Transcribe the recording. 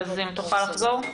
בבקשה תגיד שוב.